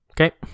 Okay